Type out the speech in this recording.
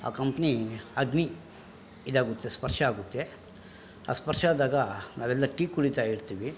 ಆ ಕಂಪನಿ ಅಗ್ನಿ ಇದಾಗುತ್ತೆ ಸ್ಪರ್ಶ ಆಗುತ್ತೆ ಆ ಸ್ಪರ್ಶ ಆದಾಗ ನಾವೆಲ್ಲ ಟೀ ಕುಡಿತಾ ಇರ್ತೀವಿ